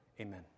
amen